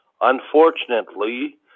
unfortunately